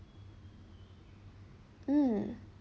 mm